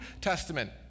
Testament